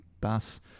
bus